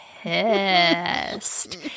pissed